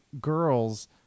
girls